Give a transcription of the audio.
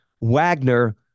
Wagner